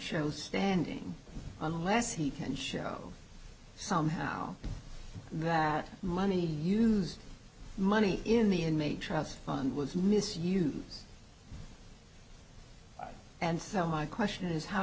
show standing unless he can show somehow that money used money in the end may trust fund was misuse and so my question is how